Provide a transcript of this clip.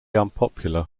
unpopular